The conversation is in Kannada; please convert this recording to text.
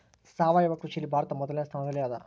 ಸಾವಯವ ಕೃಷಿಯಲ್ಲಿ ಭಾರತ ಮೊದಲನೇ ಸ್ಥಾನದಲ್ಲಿ ಅದ